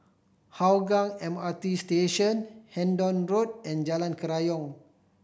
Hougang M R T Station Hendon Road and Jalan Kerayong